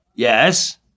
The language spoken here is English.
Yes